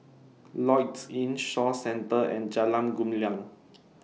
Lloyds Inn Shaw Centre and Jalan Gumilang